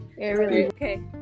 Okay